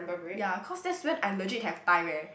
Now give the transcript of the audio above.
ya cause that's when I legit have time eh